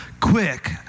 Quick